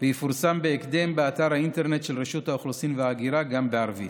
ויפורסם בהקדם באתר האינטרנט של רשות האוכלוסין וההגירה גם בערבית.